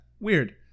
weird